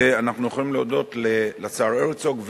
ואנחנו יכולים להודות לשר הרצוג,